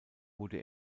wurde